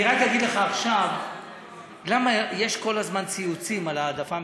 אני רק אגיד לך עכשיו למה יש כל הזמן ציוצים על ההעדפה המתקנת.